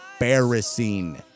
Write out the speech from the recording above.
embarrassing